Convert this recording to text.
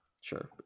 Sure